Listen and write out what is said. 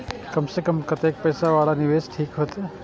कम से कम कतेक पैसा वाला निवेश ठीक होते?